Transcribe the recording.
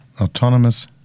Autonomous